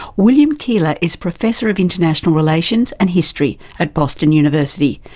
william keylor is professor of international relations and history at boston university,